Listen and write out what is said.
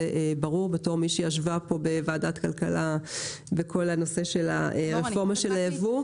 זה ברור בתור מי שישבה פה בוועדת כלכלה בכל הנושא של הרפורמה של היבוא.